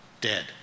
dead